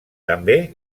també